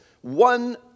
One